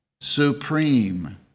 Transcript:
supreme